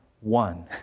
one